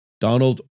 Donald